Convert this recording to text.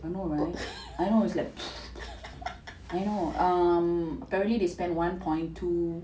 I know right I know like it's like I know um apparently they spend one point two